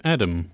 Adam